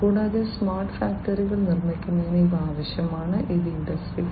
കൂടാതെ സ്മാർട്ട് ഫാക്ടറികൾ നിർമ്മിക്കുന്നതിന് ഇവ ആവശ്യമാണ് ഇത് ഇൻഡസ്ട്രി 4